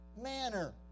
manner